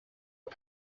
uko